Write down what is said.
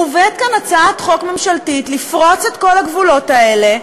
מובאת כאן הצעת חוק ממשלתית לפרוץ את כל הגבולות האלה.